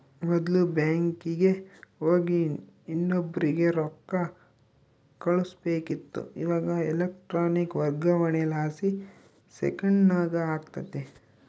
ಮೊದ್ಲು ಬ್ಯಾಂಕಿಗೆ ಹೋಗಿ ಇನ್ನೊಬ್ರಿಗೆ ರೊಕ್ಕ ಕಳುಸ್ಬೇಕಿತ್ತು, ಇವಾಗ ಎಲೆಕ್ಟ್ರಾನಿಕ್ ವರ್ಗಾವಣೆಲಾಸಿ ಸೆಕೆಂಡ್ನಾಗ ಆಗ್ತತೆ